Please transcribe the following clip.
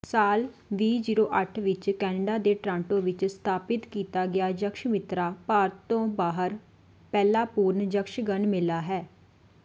ਸਾਲ ਵੀਹ ਜ਼ੀਰੋ ਅੱਠ ਵਿੱਚ ਕੈਨੇਡਾ ਦੇ ਟੋਰਾਂਟੋ ਵਿੱਚ ਸਥਾਪਤ ਕੀਤਾ ਗਿਆ ਯਕਸ਼ਮਿੱਤਰਾ ਭਾਰਤ ਤੋਂ ਬਾਹਰ ਪਹਿਲਾ ਪੂਰਨ ਯਕਸ਼ਗਣ ਮੇਲਾ ਹੈ